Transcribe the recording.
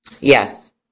Yes